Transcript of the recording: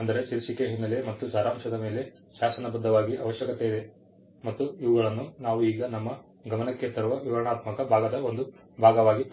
ಅಂದರೆ ಶೀರ್ಷಿಕೆ ಹಿನ್ನೆಲೆ ಮತ್ತು ಸಾರಾಂಶದ ಮೇಲೆ ಶಾಸನಬದ್ಧವಾಗಿ ಅವಶ್ಯಕತೆಯಿದೆ ಮತ್ತು ಇವುಗಳನ್ನು ನಾವು ಈಗ ನಮ್ಮ ಗಮನಕ್ಕೆ ತರುವ ವಿವರಣಾತ್ಮಕ ಭಾಗದ ಒಂದು ಭಾಗವಾಗಿ